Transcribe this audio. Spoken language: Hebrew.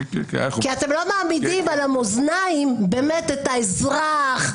אתם לא מעמידים על המאזניים את האזרח,